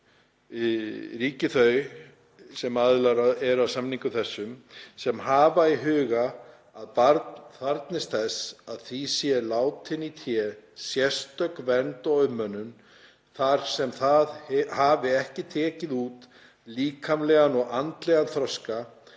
„Ríki þau sem aðilar eru að samningi þessum, […] sem hafa í huga að barn þarfnist þess „að því sé látin í té sérstök vernd og umönnun þar sem það hafi ekki tekið út líkamlegan og andlegan þroska,